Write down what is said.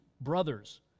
brothers